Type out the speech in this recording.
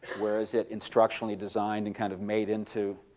where is it instructionally designed and kind of made into,